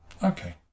okay